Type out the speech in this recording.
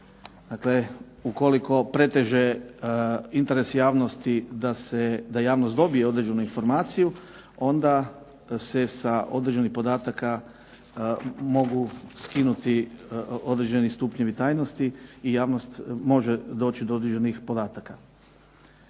dakle ukoliko preteže interes javnosti da se, da javnost dobije određenu informaciju onda se sa određenih podataka mogu skinuti određeni stupnjevi tajnosti i javnost može doći do određenih podataka.